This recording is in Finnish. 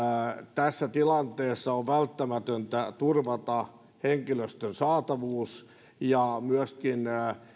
tässä tilanteessa on välttämätöntä turvata henkilöstön saatavuus ja myöskin